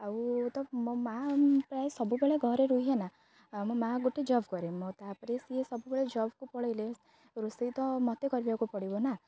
ଆଉ ତ ମୋ ମା ପ୍ରାୟ ସବୁବେଳେ ଘରେ ରୁହେ ନା ମୋ ମା ଗୋଟେ ଜବ୍ କରେ ମୋ ତାପରେ ସିଏ ସବୁବେଳେ ଜବ୍କୁ ପଳାଇଲେ ରୋଷେଇ ତ ମୋତେ କରିବାକୁ ପଡ଼ିବ ନା